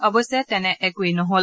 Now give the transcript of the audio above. অৱশ্যে এনে একোৱেই নহল